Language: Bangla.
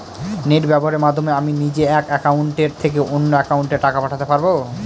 নেট ব্যবহারের মাধ্যমে আমি নিজে এক অ্যাকাউন্টের থেকে অন্য অ্যাকাউন্টে টাকা পাঠাতে পারব?